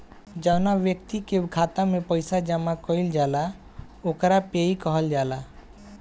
जौवना ब्यक्ति के खाता में पईसा जमा कईल जाला ओकरा पेयी कहल जाला